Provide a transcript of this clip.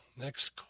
Next